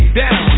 down